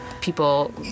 People